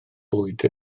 bwyd